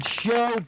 show